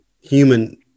human